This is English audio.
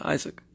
Isaac